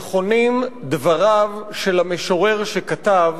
נכונים דבריו של המשורר שכתב,